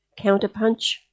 Counterpunch